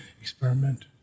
experiment